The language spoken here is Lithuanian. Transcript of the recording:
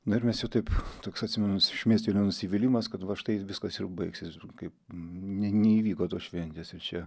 nu ir mes jau taip toks atsimenu šmėstelėjo nusivylimas kad va štai viskas ir baigsis kaip ne neįvyko tos šventės ir čia